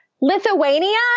Lithuania